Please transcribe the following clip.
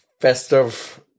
festive